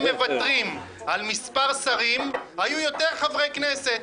מוותרים על מספר שרים היו יותר חברי כנסת.